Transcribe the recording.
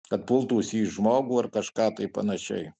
kad pultūsi į žmogų ar kažką tai panašiai